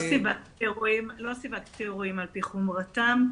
לא סיווגתי אירועים על פי חומרתם.